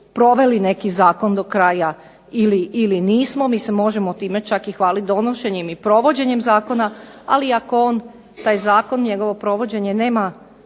proveli neki zakon do kraja ili nismo, mi se možemo time čak i hvaliti donošenjem i provođenjem zakona, ali ako on taj zakon, njegovo provođenje nema